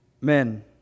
Men